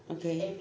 okay